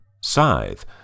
Scythe